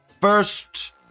First